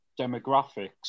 demographics